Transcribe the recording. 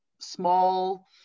small